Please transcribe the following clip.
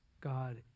God